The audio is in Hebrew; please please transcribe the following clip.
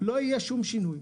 לא יהיה שום שינוי.